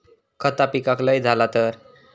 खता पिकाक लय झाला तर?